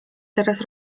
teraz